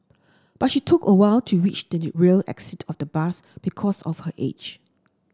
but she took a while to reach the rear exit of the bus because of her age